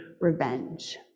revenge